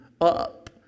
up